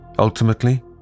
Ultimately